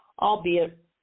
albeit